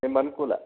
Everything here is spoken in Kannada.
ನಿಮ್ಮ ಅನುಕೂಲ